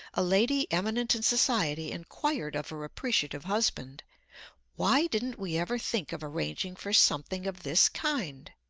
a lady eminent in society inquired of her appreciative husband why didn't we ever think of arranging for something of this kind?